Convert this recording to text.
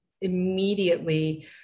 immediately